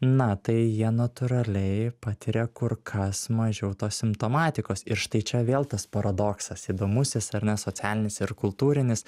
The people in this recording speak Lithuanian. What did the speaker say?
na tai jie natūraliai patiria kur kas mažiau to simptomatikos ir štai čia vėl tas paradoksas įdomusis ar ne socialinis ir kultūrinis